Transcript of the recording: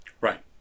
Right